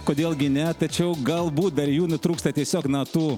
kodėl gi ne tačiau galbūt dar junai trūksta tiesiog na tų